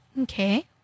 Okay